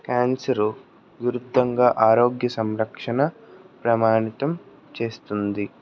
cancer విరుద్ధంగా ఆరోగ్య సంరక్షణ ప్రామాణితం చేస్తుంది